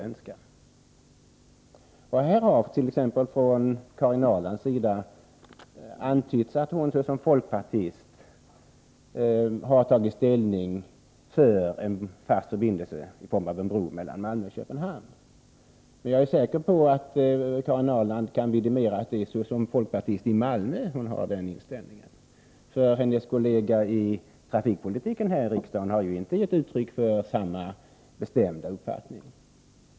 Karin Ahrland har t.ex. antytt att hon såsom folkpartist har tagit ställning för en fast förbindelse i form av en bro mellan Malmö och Köpenhamn. Men jag är säker på att Karin Ahrland kan vidimera att det är som folkpartist i Malmö som hon har den inställningen. Hennes kollega när det gäller trafikpolitiken här i riksdagen har ju inte gett uttryck för samma bestämda uppfattning.